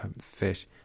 fish